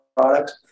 products